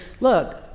look